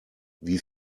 wie